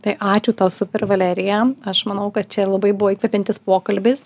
tai ačiū tau super valerija aš manau kad čia labai buvo įkvepiantis pokalbis